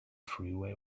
freeway